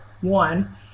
one